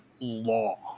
law